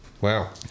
Wow